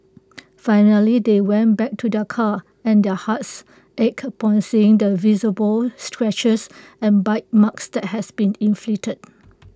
finally they went back to their car and their hearts ached upon seeing the visible scratches and bite marks that had been inflicted